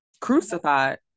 Crucified